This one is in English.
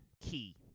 Key